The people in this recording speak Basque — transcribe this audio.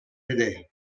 ere